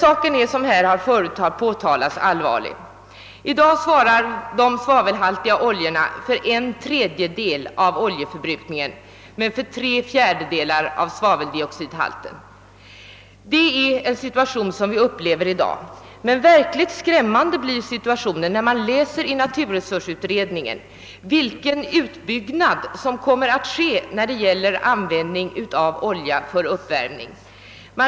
Som redan sagts utgör luftföroreningarna ett allvarligt problem. De svavelhaltiga oljorna svarar i dag för en tredjedel av oljeförbrukningen men för tre fjärdedelar av svaveldioxidhalten. Det är den situation som vi upplever i dag. Men verkligt skrämmande ter sig situationen när man i naturresursutredningens betänkande läser om vilken ökad användning oljan kommer att få för uppvärmning.